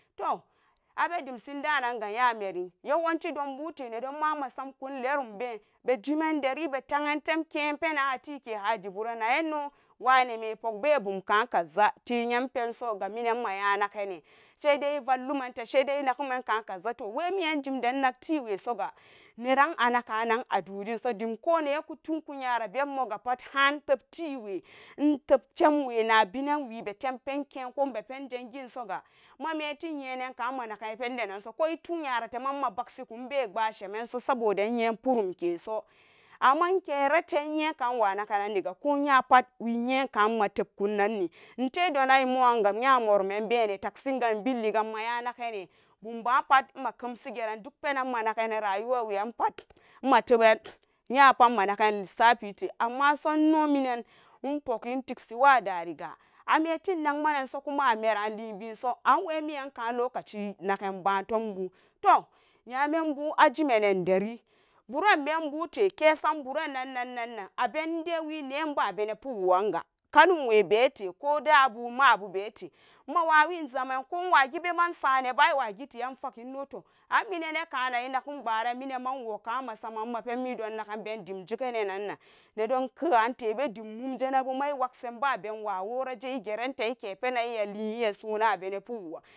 Toh abedemshin dananga nyamere ya wancine dombute ne don nmsamkunle rum jemanderi betanyan ten konye ateke kewayne mepuk bebumaka za manga nagane sai de evallumanle penan ka kaza kone koton konyara pat han intep tewe intep temwe ma penan we penke konmba banzangen mamehin nyenan kamanaga ipende so iyanrate so koma sheman so saboda weyen purum ke so amma wekerate wenyen karan we wu anaganiran ga ko nyapat maten kon ananne sai dananan. takshin ga manya nagane bumbapat dok pena managanara yuwa me amma so nonminan inpukai teplawa dari ga ammatin nagmanan so kuma ameralinbiso and wemeyan kalocaci nagan batembu to nyam enbu ajimenederi buran menbuhi kesan burannen abenda ne iweba bene pukwo anga kallum we bete ko dabu mamu bete emawawen samen ko we wagen be manma watin laken innoto wema ingum guran penmedom don ke te pe mum senabuma waik san najesa bewuya igrante abene puk woran.